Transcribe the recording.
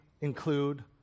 include